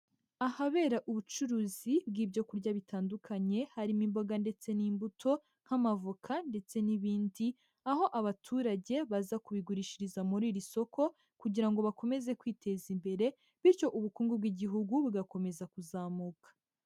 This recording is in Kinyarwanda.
Ahabera ubucuruzi bw'ibyo kurya bitandukanye, harimo imboga ndetse n'imbuto nk'amavoka ndetse n'ibindi, aho abaturage baza kubigurishiriza muri iri soko kugira ngo bakomeze kwiteza imbere, bityo ubukungu bw'igihugu bugakomeza kuzamuka.